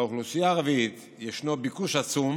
באוכלוסייה הערבית יש ביקוש עצום